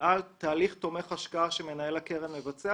על תהליך תומך השקעה שמנהל הקרן מבצע.